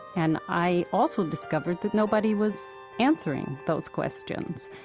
and i also discovered that nobody was answering those questions,